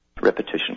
Repetition